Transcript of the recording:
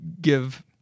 give